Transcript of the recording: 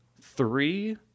three